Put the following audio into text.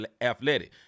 athletic